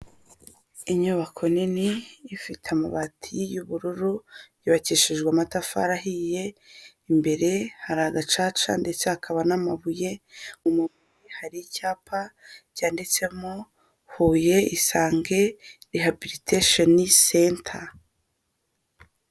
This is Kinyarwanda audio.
Inyubako nini ifite amabati y'ubururu, yubakishijwe amatafari ahiye, imbere hari agacaca ndetse hakaba n'amabuye, hari icyapa cyanditsemo Huye Isange Rehabilitation Centre.